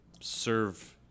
serve